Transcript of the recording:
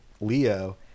Leo